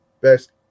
Best